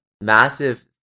massive